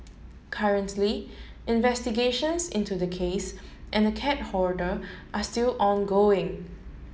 currently investigations into the case and cat hoarder are still ongoing